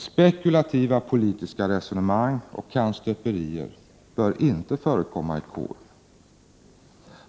Spekulativa politiska resonemang och kannstöperier bör inte förekomma i konstitutionsutskottet.